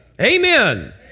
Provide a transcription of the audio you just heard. Amen